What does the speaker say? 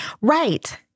Right